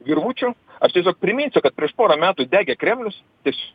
virvučių aš tiesiog priminsiu kad prieš porą metų degė kremlius iš